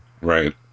right